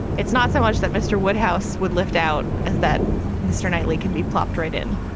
it's not so much that mr woodhouse would lift out as that mr knightley can be plopped right in.